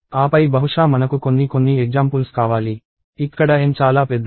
ఆపై బహుశా మనకు కొన్ని కొన్ని ఎగ్జామ్పుల్స్ కావాలి ఇక్కడ N చాలా పెద్దది